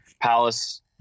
Palace